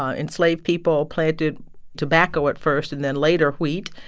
ah enslaved people planted tobacco at first and then later wheat.